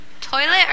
Toilet